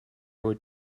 would